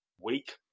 weak